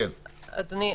אדוני,